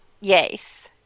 Yes